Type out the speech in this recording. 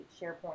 SharePoint